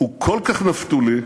הוא כל כך נפתולי,